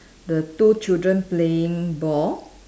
the two children playing ball